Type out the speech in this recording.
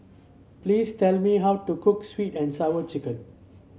please tell me how to cook sweet and Sour Chicken